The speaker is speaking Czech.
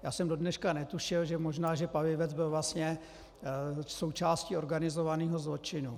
Já jsem dodneška netušil, že možná Palivec byl vlastně součástí organizovaného zločinu.